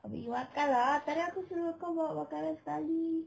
ah pergi makan lah tadi aku suruh kau bawa makanan sekali